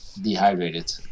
dehydrated